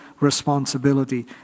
responsibility